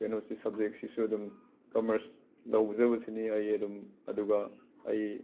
ꯀꯩꯅꯣꯁꯤ ꯁꯕꯖꯦꯛꯁꯤꯁꯨ ꯑꯗꯨꯝ ꯀꯃꯔꯁ ꯂꯧꯖꯕꯁꯤꯅꯤ ꯑꯩ ꯑꯗꯨꯝ ꯑꯗꯨꯒ ꯑꯩ